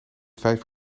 vijf